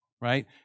right